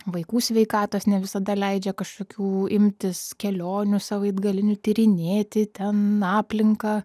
vaikų sveikatos ne visada leidžia kažkokių imtis kelionių savaitgalinių tyrinėti ten aplinką